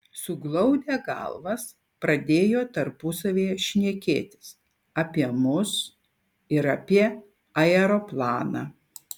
suglaudę galvas pradėjo tarpusavyje šnekėtis apie mus ir apie aeroplaną